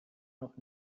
noch